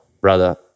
brother